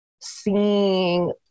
seeing